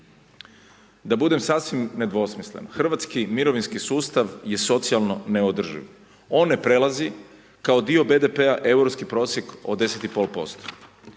Da budem sasvim nedvosmislen, hrvatski mirovinski sustav je socijalno neodrživ. On ne prelazi kao dio BDP-a europski prosjek od 10,5%